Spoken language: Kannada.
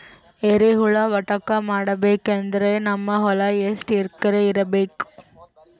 ಎರೆಹುಳ ಘಟಕ ಮಾಡಬೇಕಂದ್ರೆ ನಮ್ಮ ಹೊಲ ಎಷ್ಟು ಎಕರ್ ಇರಬೇಕು?